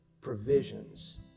provisions